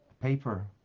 paper